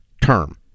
term